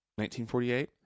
1948